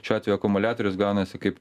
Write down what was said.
šiuo atveju akumuliatorius gaunasi kaip